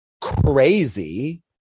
crazy